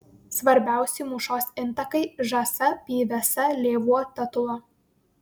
svarbiausi mūšos intakai žąsa pyvesa lėvuo tatula